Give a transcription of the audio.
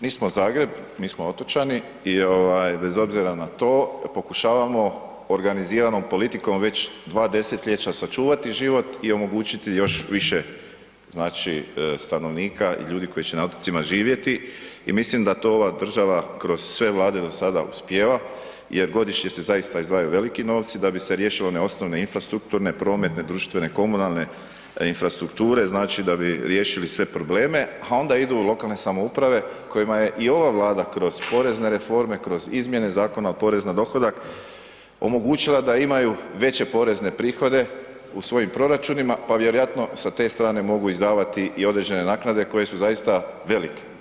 Nismo Zagreb, mi smo otočani, bez obzira na to pokušavamo organiziranom politikom već 2 desetljeća sačuvati život i omogućiti još više znači stanovnika i ljudi koji će na otocima živjeti i mislim da to ova država kroz sve Vlade do sada uspijeva jer godišnje se zaista izdvajaju veliki novci da bi se riješilo one osnovne infrastrukturne, prometne, društvene, komunalne infrastrukture, znači da bi riješili sve probleme, a onda idu lokalne samouprave kojima je i ova Vlada kroz porezne reforme, kroz izmjene Zakona o porezu na dohodak omogućila da imaju veće porezne prihode u svojim proračunima, pa vjerojatno sa te strane mogu izdavati i određene naknade koje su zaista velike.